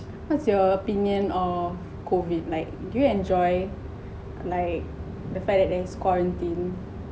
what's your opinion of COVID like do you enjoy like the part like quarantine